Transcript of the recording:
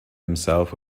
himself